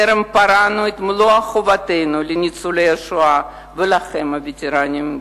טרם פרענו את מלוא חובנו לניצולי השואה ולכם הווטרנים,